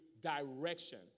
direction